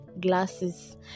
glasses